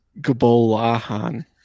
Gabolahan